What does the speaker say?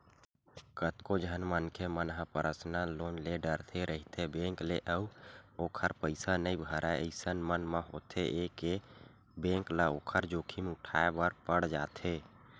कतको झन मनखे मन ह पर्सनल लोन ले डरथे रहिथे बेंक ले अउ ओखर पइसा नइ भरय अइसन म होथे ये के बेंक ल ओखर जोखिम उठाय बर पड़ जाथे